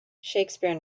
shakespeare